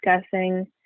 discussing